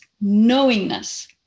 knowingness